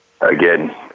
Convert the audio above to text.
Again